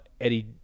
Eddie